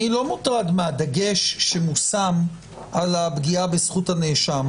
אני לא מודאג מהדגש ששם על הפגיעה בזכות הנאשם.